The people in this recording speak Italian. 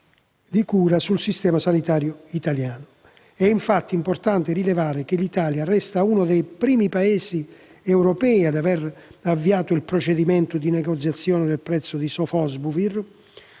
al Servizio sanitario nazionale. È infatti importante rilevare che l'Italia resta uno dei primi Paesi europei ad aver avviato il procedimento di negoziazione del prezzo del Sofosbuvir,